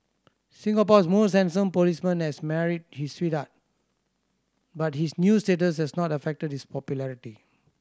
Singapore's most handsome policeman has married his sweetheart but his new status has not affected this popularity